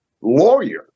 lawyer